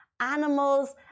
animals